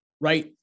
right